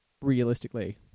realistically